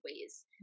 ways